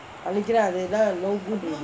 நெனைக்கிறேன் அது தான்:nenaikiren athu than no good